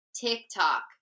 TikTok